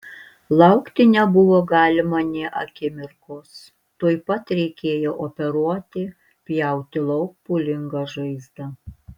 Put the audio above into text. laukti nebuvo galima nė akimirkos tuoj pat reikėjo operuoti pjauti lauk pūlingą žaizdą